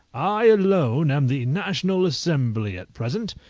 i alone am the national assembly at present,